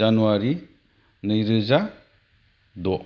January नैरोजा द